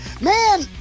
man